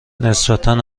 نسبتا